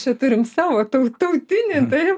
čia turim savo tau tautinį taip